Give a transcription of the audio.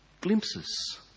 glimpses